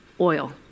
oil